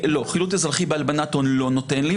חילוט אזרחי בהלבנת הון לא נותן לי.